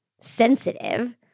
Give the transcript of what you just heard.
sensitive